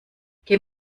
geh